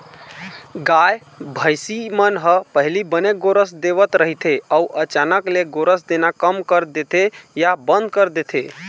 गाय, भइसी मन ह पहिली बने गोरस देवत रहिथे अउ अचानक ले गोरस देना कम कर देथे या बंद कर देथे